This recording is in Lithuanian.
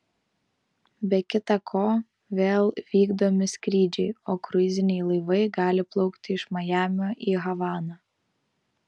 be kita ko vėl vykdomi skrydžiai o kruiziniai laivai gali plaukti iš majamio į havaną